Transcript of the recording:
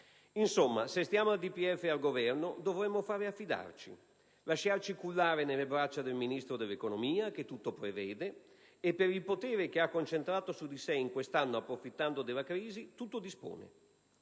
Insomma, se stiamo al DPEF e al Governo, ci dovremmo limitare a fidarci: lasciarci cullare nelle braccia del Ministro dell'economia, che tutto prevede e che, per il potere che ha concentrato su di sé in quest'anno, approfittando della crisi, tutto dispone.